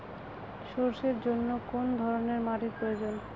সরষের জন্য কোন ধরনের মাটির প্রয়োজন?